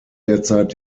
derzeit